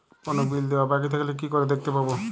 কোনো বিল দেওয়া বাকী থাকলে কি করে দেখতে পাবো?